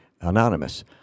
anonymous